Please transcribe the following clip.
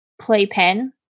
playpen